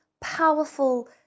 powerful